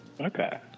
Okay